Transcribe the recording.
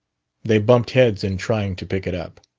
they bumped heads in trying to pick it up.